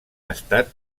estat